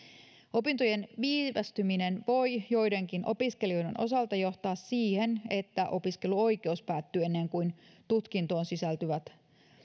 opintojen viivästyminen voi joidenkin opiskelijoiden osalta johtaa siihen että opiskeluoikeus päättyy ennen kuin tutkintoon sisältyvät